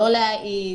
לא להעיד,